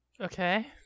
Okay